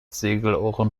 segelohren